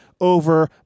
over